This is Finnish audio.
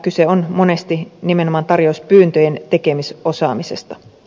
kyse on monesti nimenomaan tarjouspyyntöjen tekemisosaamisesta